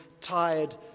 tired